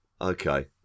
okay